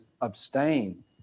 abstain